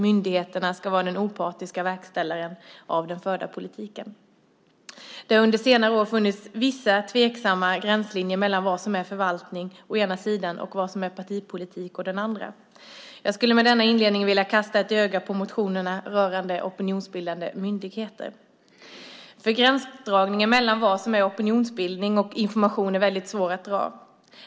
Myndigheterna ska vara den opartiska verkställaren av den förda politiken. Det har under senare år funnits vissa tveksamma gränslinjer mellan vad som är förvaltning å ena sidan och vad som är partipolitik å den andra. Jag vill med denna inledning kasta ett öga på motionerna rörande opinionsbildande myndigheter. Gränsen mellan vad som är opinionsbildning och information är svår att dra.